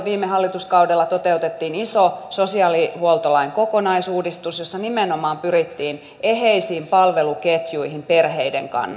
viime hallituskaudella toteutettiin iso sosiaalihuoltolain kokonaisuudistus jossa nimenomaan pyrittiin eheisiin palveluketjuihin perheiden kannalta